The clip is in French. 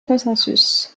consensus